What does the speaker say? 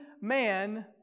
man